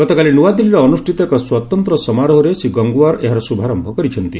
ଗତକାଲି ନୂଆଦିଲ୍ଲୀରେ ଅନୁଷ୍ଠିତ ଏକ ସ୍ୱତନ୍ତ୍ର ସମାରୋହରେ ଶ୍ରୀ ଗଙ୍ଗୱାର ଏହାର ଶୁଭାରମ୍ଭ କରିଛନ୍ତି